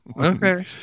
Okay